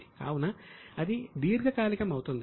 కావున అది దీర్ఘకాలికం అవుతుంది